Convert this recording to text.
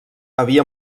havia